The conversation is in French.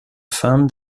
femme